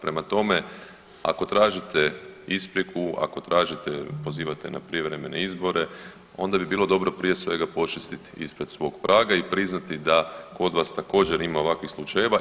Prema tome, ako tražite ispriku, ako tražite, pozivate na privremene izbore onda bi bilo dobro prije svega počistit ispred svog praga i priznati da kod vas također ima ovakvih slučajeva.